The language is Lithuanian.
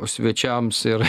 svečiams ir